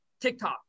TikTok